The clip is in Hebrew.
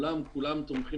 שבעולם כולם תומכים